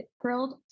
grilled